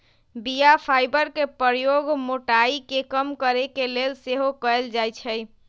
बीया फाइबर के प्रयोग मोटाइ के कम करे के लेल सेहो कएल जाइ छइ